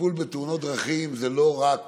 טיפול בתאונות דרכים זה לא רק